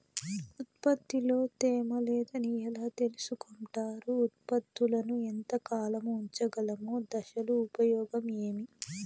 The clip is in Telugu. ఉత్పత్తి లో తేమ లేదని ఎలా తెలుసుకొంటారు ఉత్పత్తులను ఎంత కాలము ఉంచగలము దశలు ఉపయోగం ఏమి?